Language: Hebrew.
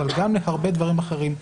אבל גם להרבה דברים אחרים.